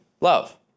love